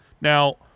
Now